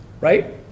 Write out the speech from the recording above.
right